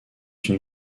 une